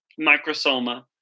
Microsoma